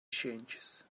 changes